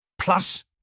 Plus